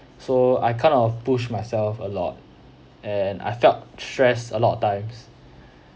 so I kind of push myself a lot and I felt stressed a lot of times